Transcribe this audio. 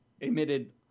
emitted